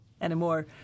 anymore